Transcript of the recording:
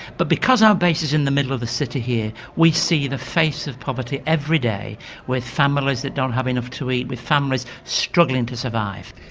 but because our base is in the middle of the city here, we see the face of poverty every day with families that don't have enough to eat, with families struggling to survive.